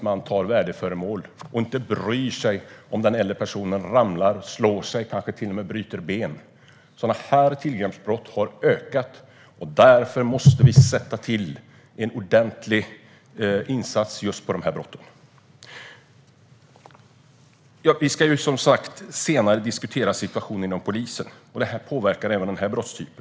Man tar värdeföremål och bryr sig inte om ifall den äldre personen ramlar och slår sig - kanske till och med bryter ben. Sådana tillgreppsbrott har ökat, och därför måste vi sätta till en ordentlig insats mot just dessa brott. Vi ska som sagt senare diskutera situationen inom polisen. Den påverkar även denna brottstyp.